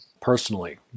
personally